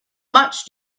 much